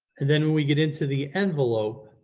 then when we get into the envelope